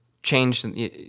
change